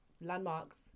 landmarks